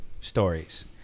stories